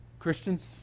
Christians